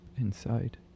inside